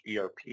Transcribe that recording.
ERP